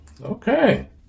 Okay